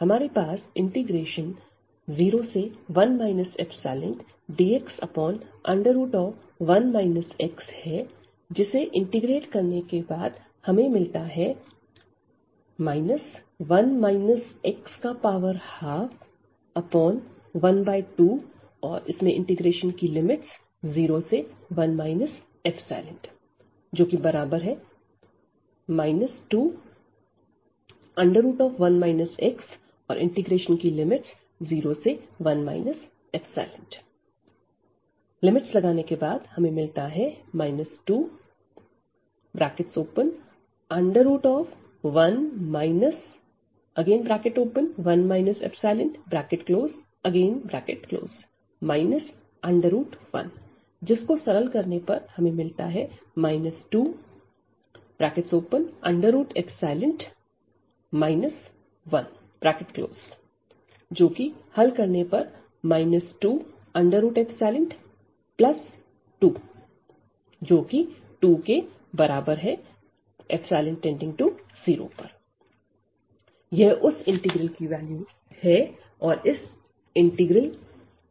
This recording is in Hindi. हमारे पास 01 ϵdx1 x जिसे इंटीग्रेट करने के बाद हमें मिलता है 1 x121201 ϵ 21 x01 ϵ 2√1 1 ϵ √1 2√ϵ 1 22 2 यह उस इंटीग्रल की वैल्यू है और इस इंटीग्रल